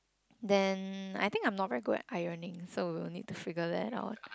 then I think I'm not very good at ironing so we will need to figure that out